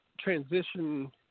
transition